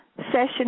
session